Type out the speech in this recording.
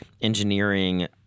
engineering